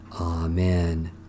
Amen